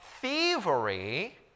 thievery